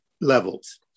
levels